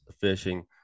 fishing